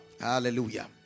hallelujah